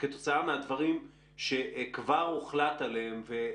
כמה מהם כבר קיבלו והכסף אצלם בבנק?